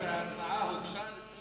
אם ההצעה הוגשה לפניהן.